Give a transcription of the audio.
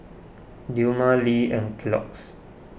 Dilmah Lee and Kellogg's